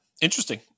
Interesting